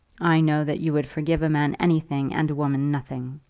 i know that you would forgive a man anything, and a woman nothing.